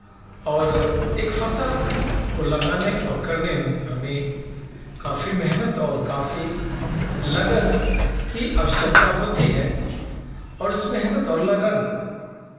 और एक फसल को लगाने और करने में हमें काफी मेहनत और काफी लगन की आवश्यकता होती है और उस मेहनत और लगन